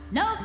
no